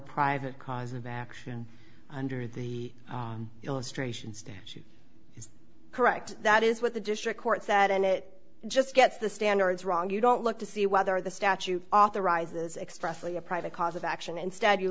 private cause of action under the illustrations she is correct that is what the district court said and it just gets the standards wrong you don't look to see whether the statute authorizes expressly a private cause of action instead you